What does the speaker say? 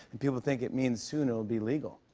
and people think it means soon it will be legal.